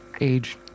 age